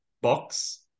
box